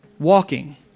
walking